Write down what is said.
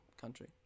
country